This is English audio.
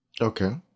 Okay